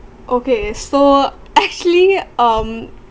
okay so actually um